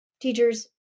Teachers